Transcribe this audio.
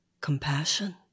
compassion